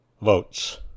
votes